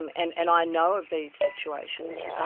um and and i know of these situations,